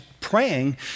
praying